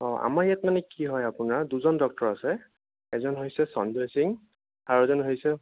অঁ আমাৰ ইয়াত মানে কি হয় আপোনাৰ দুজন ডক্তৰ আছে এজন হৈছে সঞ্জয় সিং আৰু এজন হৈছে